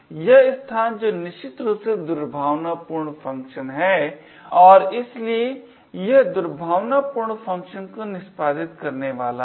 यह स्थान जो निश्चित रूप से दुर्भावनापूर्ण फंक्शन है और इसलिए यह दुर्भावनापूर्ण फंक्शन को निष्पादित करने वाला है